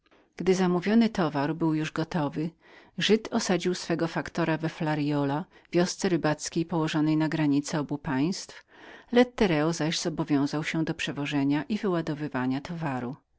gdy zamówiony towar był już gotowym żyd osadził swego faktora w flariola wiosce rybackiej położonej na granicy obu państw lettereo zaś zobowiązał się do przewożenia towaru